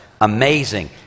amazing